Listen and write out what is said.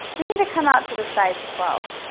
we need to come out to the size twelve.